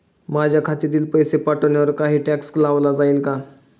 माझ्या खात्यातील पैसे पाठवण्यावर काही टॅक्स लावला जाईल का?